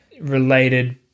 related